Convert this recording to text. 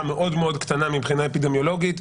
מאוד-מאוד קטנה מבחינה אפידמיולוגית,